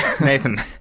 Nathan